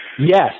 Yes